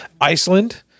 Iceland